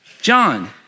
John